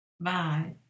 Bye